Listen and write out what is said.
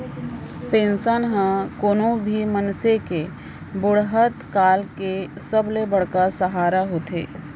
pension ह कोनो भी मनसे के बुड़हत काल के सबले बड़का सहारा होथे